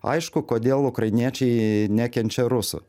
aišku kodėl ukrainiečiai nekenčia rusų